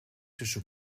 tussen